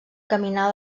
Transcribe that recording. caminar